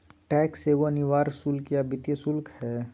tax एगो अनिवार्य शुल्क या वित्तीय शुल्क हइ